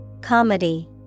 Comedy